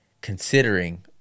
considering